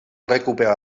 recuperar